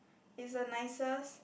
is the nicest